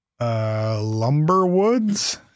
Lumberwoods